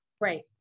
Right